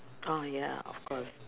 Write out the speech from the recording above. oh ya of course